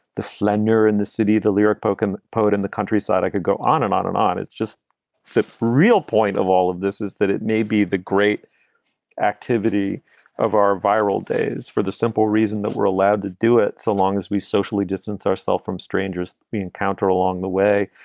the flaneur in the city, the lyric pocan poet in the countryside. i could go on and on and on. it's just the real point of all of this, is that it may be the great activity of our viral days for the simple reason that we're allowed to do it so long as we socially distance ourselves from strangers we encounter along the way.